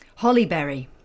Hollyberry